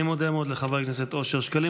אני מודה מאוד לחבר הכנסת אושר שקלים.